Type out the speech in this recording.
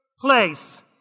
place